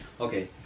Okay